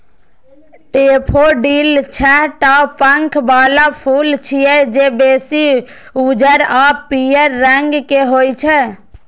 daffodil छह टा पंख बला फूल छियै, जे बेसी उज्जर आ पीयर रंग के होइ छै